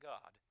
God